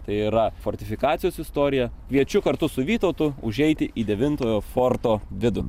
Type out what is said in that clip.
tai yra fortifikacijos istoriją kviečiu kartu su vytautu užeiti į devintojo forto vidų